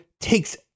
takes